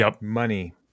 money